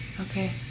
Okay